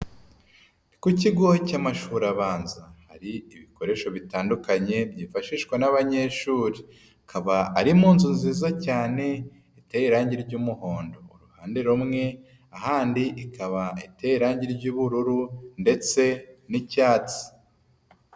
Ku kigo cy'amashuri abanza, hari ibikoresho bitandukanye, byifashishwa n'abanyeshuri, akaba ari mu nzu nziza cyane, iteye irangi ry'umuhondo, uruhande rumwe, ahandi ikaba iteye irangi ry'ubururu ndetse n'icyatsi.